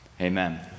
Amen